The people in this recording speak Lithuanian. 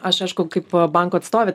aš aišku kaip banko atstovė